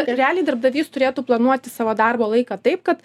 realiai darbdavys turėtų planuoti savo darbo laiką taip kad